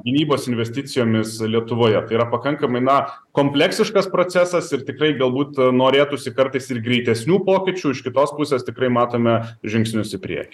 gynybos investicijomis lietuvoje tai yra pakankamai na kompleksiškas procesas ir tikrai galbūt norėtųsi kartais ir greitesnių pokyčių iš kitos pusės tikrai matome žingsnius į priekį